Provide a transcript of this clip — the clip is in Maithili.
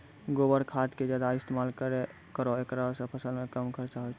गोबर खाद के ज्यादा इस्तेमाल करौ ऐकरा से फसल मे कम खर्च होईतै?